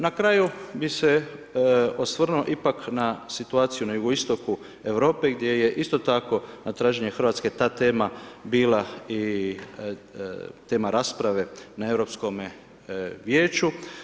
Na kraju bi se osvrnuo ipak na situaciju na Jugoistoku Europe gdje je isto tako dan traženje Hrvatske ta tema bila i tema rasprave na Europskome vijeću.